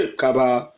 kaba